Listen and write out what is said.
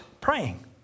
praying